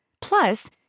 Plus